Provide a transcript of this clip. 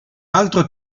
altro